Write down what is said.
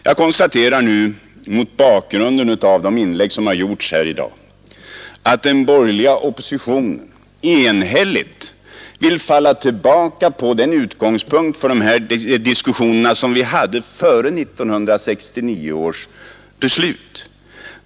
Jag konstaterar nu, mot bakgrund av de inlägg som här gjorts i dag, att den borgerliga oppositionen enhälligt vill falla tillbaka på den utgångspunkt för dessa diskussioner som vi hade före 1969 års beslut.